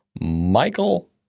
Michael